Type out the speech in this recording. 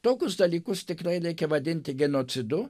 tokius dalykus tikrai reikia vadinti genocidu